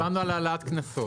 דיברנו על העלאת קנסות.